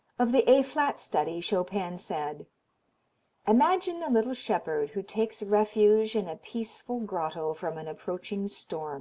of the a flat study chopin said imagine a little shepherd who takes refuge in a peaceful grotto from an approaching storm